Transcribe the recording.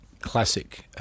classic